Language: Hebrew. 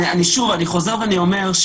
אני חוזר ואומר,